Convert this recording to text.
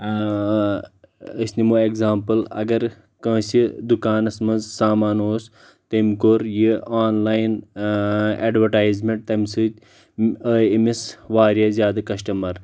أسۍ نِمو اٮ۪گزامپٕل اگر کٲنٛسہِ دُکانس منٛز سامان اوس تٔمۍ کوٚر یہِ آن لایِن اٮ۪ڈوٹایِز مینٹ تمہِ سۭتۍ آیہِ أمِس واریاہ زیادٕ کشٹمر